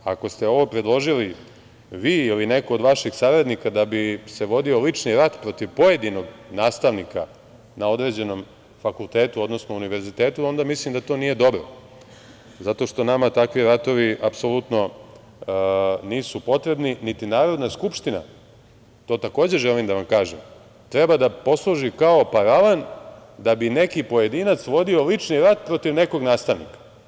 Ako ste ovo predložili vi ili neko od vaših saradnika da bi se vodio lični rat protiv pojedinog nastavnika na određenom fakultetu, odnosno univerzitetu, onda mislim da to nije dobro zato što nama takvi ratovi apsolutno nisu potrebni, niti Narodna skupština, to takođe želim da vam kažem, treba da posluži kao paravan da bi neki pojedinac vodio lični rat protiv nekog nastavnika.